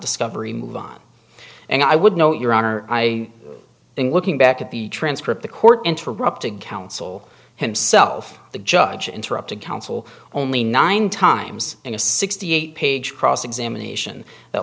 discovery move on and i would note your honor i think looking back at the transcript the court interrupted counsel himself the judge interrupted counsel only nine times in a sixty eight page cross examination that